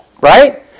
Right